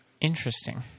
Interesting